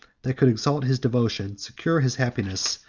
that could exalt his devotion, secure his happiness,